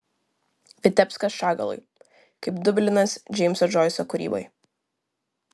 vitebskas šagalui kaip dublinas džeimso džoiso kūrybai